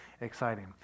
exciting